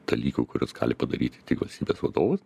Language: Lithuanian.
dalykų kuriuos gali padaryti tik valstybės vadovas